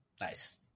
Nice